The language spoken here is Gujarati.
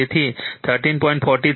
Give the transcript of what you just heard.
તેથી 13